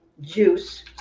juice